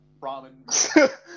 ramen